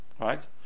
Right